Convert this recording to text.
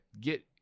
get